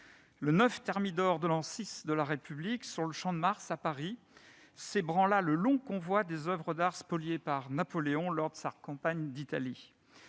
le 9 thermidor de l'an VI de la République, sur le Champ de Mars à Paris, s'ébranla le long convoi des oeuvres d'art spoliées par Napoléon lors de sa campagne d'Italie.